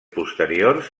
posteriors